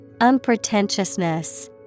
Unpretentiousness